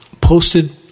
Posted